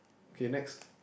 okay next